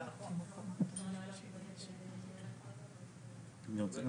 אנחנו משאירים את